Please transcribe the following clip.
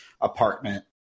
apartment